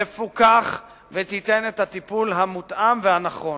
תפוקח ותיתן את הטיפול המותאם והנכון.